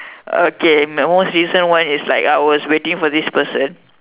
okay my most recent one is like I was waiting for this person